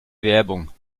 werbung